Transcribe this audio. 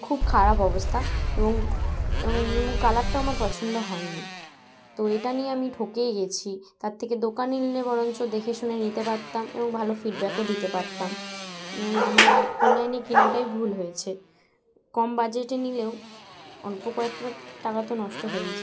খুব খারাপ অবস্থা এবং কালারটা আমার পছন্দ হয়নি তো এটা নিয়ে আমি ঠকেই গেছি তার থেকে দোকানে নিলে বরঞ্চ দেখেশুনে নিতে পারতাম এবং ভালো ফিডব্যাকও দিতে পারতাম আমার অনলাইনে কেনাটাই ভুল হয়েছে কম বাজেটে নিলেও অল্প কয়েকটা টাকা তো নষ্ট হয়েইছে